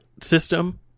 system